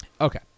Okay